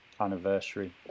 anniversary